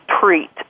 treat